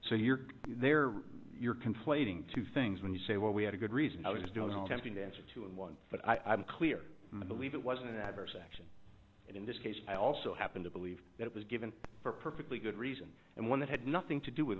so you're there you're conflating two things when you say well we had a good reason i was doing all tempting to answer to and one but i'm clear on the believe it was an adverse action and in this case i also happen to believe that it was given for a perfectly good reason and one that had nothing to do with